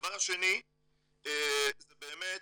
הדבר השני זה באמת